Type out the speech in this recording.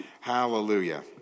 Hallelujah